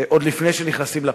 עוד לפני שנכנסים לפרטים.